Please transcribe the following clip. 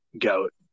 goat